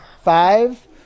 Five